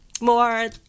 more